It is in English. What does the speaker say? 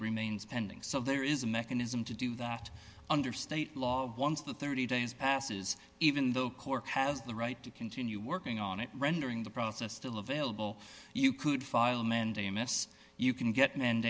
remains pending so there is a mechanism to do that under state law once the thirty days passes even though court has the right to continue working on it rendering the process still available you could file a mandamus you can get mand